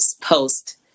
post-